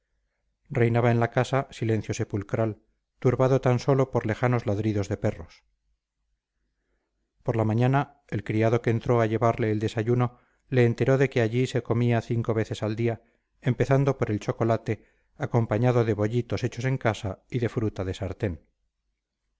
pavor reinaba en la casa silencio sepulcral turbado tan sólo por lejanos ladridos de perros por la mañana el criado que entró a llevarle el desayuno le enteró de que allí se comía cinco veces al día empezando por el chocolate acompañado de bollitos hechos en casa y de fruta de sartén